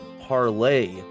parlay